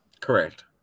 Correct